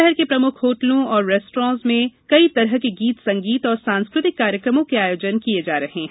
शहर के प्रमुख होटलों और रेस्टोरेंट में भी कई तरह के गीत संगीत और सांस्कृतिक कार्यक्रमों के आयोजन किये जा रहे हैं